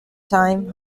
time